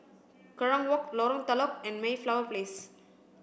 Kerong Walk Lorong Telok and Mayflower Place